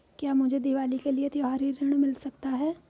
क्या मुझे दीवाली के लिए त्यौहारी ऋण मिल सकता है?